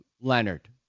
Leonard